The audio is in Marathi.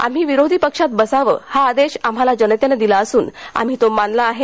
आम्ही विरोधी पक्षात बसावं हा आदेश आम्हाला जनतेनं दिला असून आम्ही तो मानला आहे